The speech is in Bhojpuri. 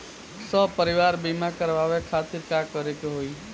सपरिवार बीमा करवावे खातिर का करे के होई?